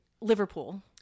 Liverpool